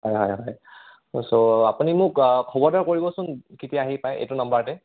হয় হয় হয় চ' আপুনি মোক খবৰ এটা কৰিবচোন কেতিয়া আহি পায় এইটো নাম্বাৰতে